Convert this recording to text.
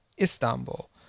Istanbul